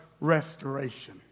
restoration